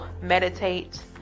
meditate